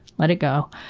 let it go.